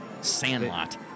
sandlot